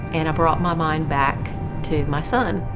and i brought my mind back to my son.